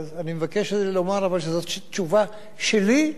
אבל אני מבקש לומר שזאת תשובה שלי,